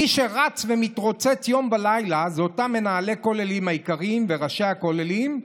מי שרץ ומתרוצץ יום ולילה אלה אותם מנהלי כוללים היקרים וראשי הכוללים,